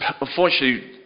unfortunately